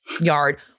yard